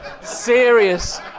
serious